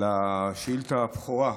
על שאילתת הבכורה.